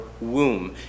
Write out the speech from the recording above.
womb